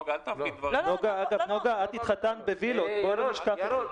נגה, את התחתנת בווילות, בוא לא נשכח את זה.